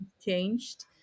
changed